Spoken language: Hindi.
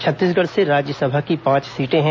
छत्तीसगढ़ से राज्यसभा की पांच सीटें हैं